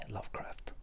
Lovecraft